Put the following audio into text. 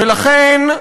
ולכן,